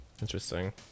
Interesting